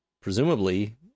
presumably